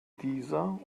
dieser